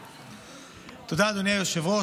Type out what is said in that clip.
תודה, אדוני היושב-ראש.